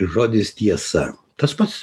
žodis tiesa tas pats